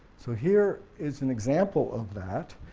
so here is an example of that,